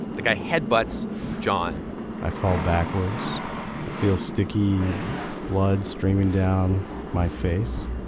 the guy head-butts john i fall backwards. i feel sticky blood streaming down my face,